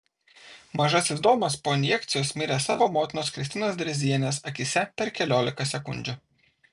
mažasis domas po injekcijos mirė savo motinos kristinos drėzienės akyse per keliolika sekundžių